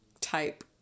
type